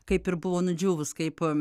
kaip ir buvo nudžiūvus kaip